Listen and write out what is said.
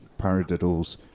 Paradiddles